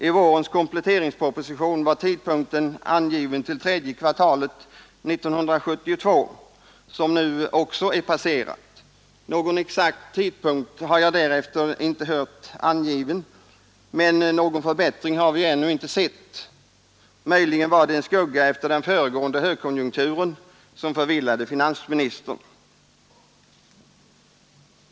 I vårens kompletteringsproposition var tidpunkten angiven till tredje kvartalet 1972, som nu också är passerat. Någon exakt tidpunkt har jag därefter inte hört angiven men någon förbättring har vi inte sett ännu. Möjligen var det en skugga efter den föregående högkonjunkturen som förvillade finansministern.